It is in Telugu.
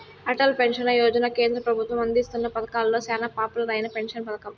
అటల్ పెన్సన్ యోజన కేంద్ర పెబుత్వం అందిస్తున్న పతకాలలో సేనా పాపులర్ అయిన పెన్సన్ పతకం